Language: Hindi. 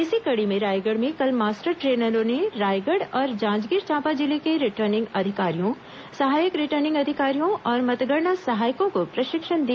इसी कड़ी में रायगढ़ में कल मास्टर ट्रेनरों ने रायगढ़ और जांजगीर चांपा जिले के रिटर्निंग अधिकारियों सहायक रिटर्निंग अधिकारियों और मतगणना सहायकों को प्रशिक्षण दिया